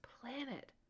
planet